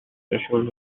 threshold